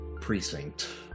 precinct